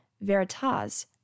VERITAS